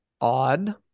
odd